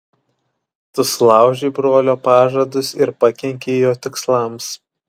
tu sulaužei brolio pažadus ir pakenkei jo tikslams